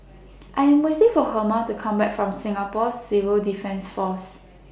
I Am waiting For Herma to Come Back from Singapore Civil Defence Force